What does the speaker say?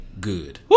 good